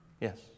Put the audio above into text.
Yes